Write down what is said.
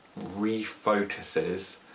refocuses